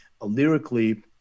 lyrically